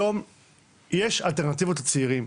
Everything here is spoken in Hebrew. היום יש אלטרנטיבות לצעירים.